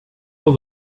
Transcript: will